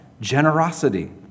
generosity